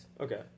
Okay